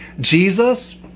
Jesus